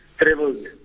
traveled